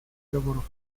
переговоров